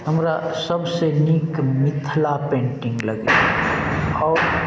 हमरा सबसे नीक मिथिला पेन्टिंग लगैया और